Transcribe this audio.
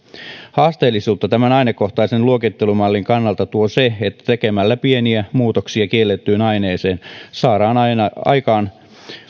haasteellisuutta tämän ainekohtaisen luokittelumallin kannalta tuo se että tekemällä pieniä muutoksia kiellettyyn aineeseen saadaan aikaan